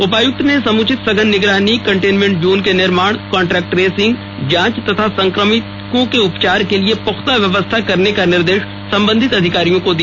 उपायुक्त ने समुचित सघन निगरानी कनटेन्मेंट जोन के निर्माण कॉन्टैक्ट ट्रेसिंग जांच तथा संक्रमितों उपचार के लिए पुख्ता व्यवस्था करने का निर्देश संबंधित अधिकारियों को दिया